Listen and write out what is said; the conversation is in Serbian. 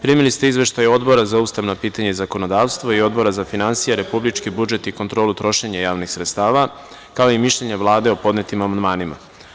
Primili ste izveštaje Odbora za ustavna pitanja i zakonodavstvo i Odbora za finansije, republički budžet i kontrolu trošenja javnih sredstava, kao i mišljenje Vlade o podnetim amandmanima.